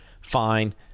fine